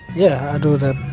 yeah, i do that,